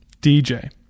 DJ